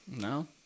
No